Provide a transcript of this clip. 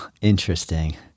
interesting